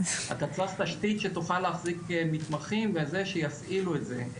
אתה צריך תשתית שתוכל להחזיק מתמחים ושיפעילו את זה,